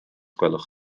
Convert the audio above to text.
gwelwch